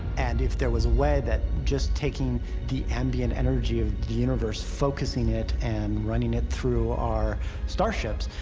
and if there was a way that just taking the ambient energy of the universe, focusing it, and running it through our starships,